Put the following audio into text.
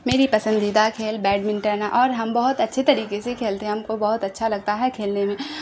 میری پسندیدہ کھیل بیڈمنٹن ہے اور ہم بہت اچھے طریقے سے کھیلتے ہیں ہم کو بہت اچھا لگتا ہے کھیلنے میں